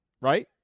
right